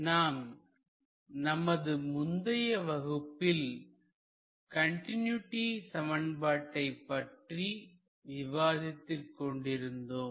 நாம் நமது முந்தைய வகுப்பில் கண்டினூட்டி சமன்பாட்டை பற்றி விவாதித்துக் கொண்டிருந்தோம்